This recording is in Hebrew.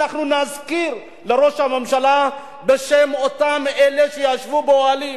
אנחנו נזכיר לראש הממשלה בשם אותם אלה שישבו באוהלים,